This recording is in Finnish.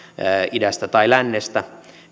idästä tai lännestä